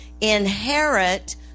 inherit